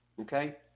Okay